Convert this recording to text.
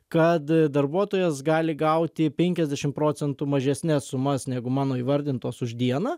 kad darbuotojas gali gauti penkiasdešim procentų mažesnes sumas negu mano įvardintos už dieną